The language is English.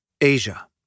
Asia